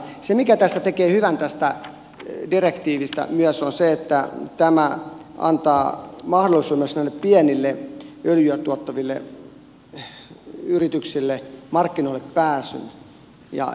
se mikä tekee hyvän tästä direktiivistä myös on se että tämä antaa mahdollisuuden myös näille pienille öljyä tuottaville yrityksille markkinoille pääsyyn